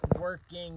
working